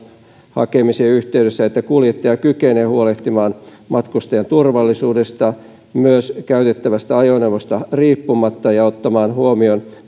hakemisen yhteydessä että kuljettaja kykenee huolehtimaan matkustajan turvallisuudesta myös käytettävästä ajoneuvosta riippumatta ja ottamaan huomioon